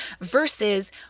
versus